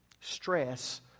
stress